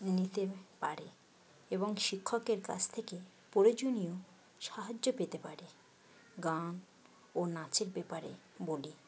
নিতে পারে এবং শিক্ষকের কাছ থেকে প্রয়োজনীয় সাহায্য পেতে পারে গান ও নাচের ব্যাপারে বলি